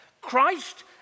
Christ